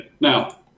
Now